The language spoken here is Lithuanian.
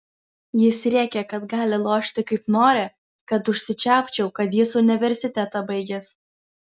jis rėkė kad gali lošti kaip nori kad užsičiaupčiau kad jis universitetą baigęs